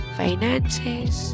finances